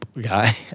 guy